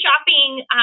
shopping